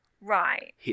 Right